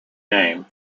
name